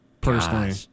Personally